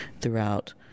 throughout